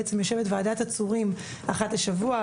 בעצם יושבת ועדת עצורים אחת לשבוע,